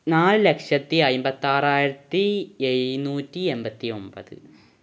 നാല് ലക്ഷത്തി അന്പത്തിയാറായിരത്തി എഴുന്നൂറ്റി എണ്പത്തി ഒന്പത്